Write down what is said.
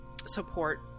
support